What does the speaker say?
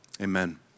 amen